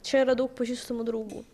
čia yra daug pažįstamų draugų